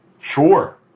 sure